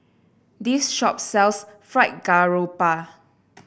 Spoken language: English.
this shop sells Fried Garoupa